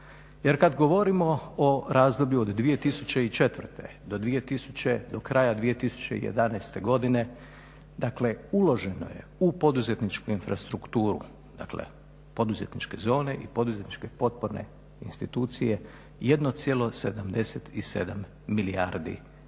Jer kada govorimo o razdoblju od 2004.do kraja 2011.godine dakle uloženo je u poduzetničku strukturu u poduzetničke zone i poduzetničke potporne institucije 1,77 milijardi kuna.